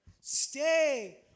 Stay